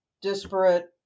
disparate